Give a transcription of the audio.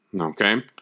Okay